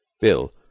Bill